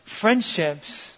Friendships